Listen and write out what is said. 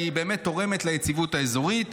והיא באמת תורמת ליציבות האזורית.